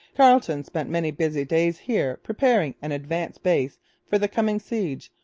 carleton spent many busy days here preparing an advanced base for the coming siege,